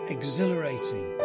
Exhilarating